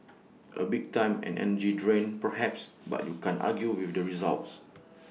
A bit time and energy draining perhaps but you can't argue with the results